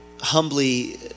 humbly